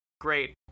Great